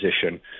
position